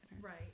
Right